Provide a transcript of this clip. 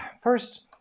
First